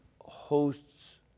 hosts